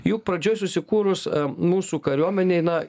juk pradžioj susikūrus mūsų kariuomenei na